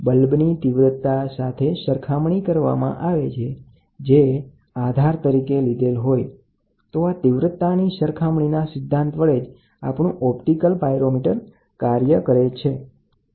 તેથી તમે જે સંદર્ભ તેજ સાથે તપાસ કરો અને પછી તમે તે જોવાનો પ્રયાસ કરો કે કયા તાપમાનમાં ફિલામેન્ટ અદૃશ્ય થઈ જાય છે અને આ તે મુખ્ય સિદ્ધાંત છે જેનો આપણે ઓપ્ટિકલ પાઇરોમીટર માટે ઉપયોગ કર્યો છે